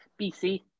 bc